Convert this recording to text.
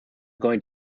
going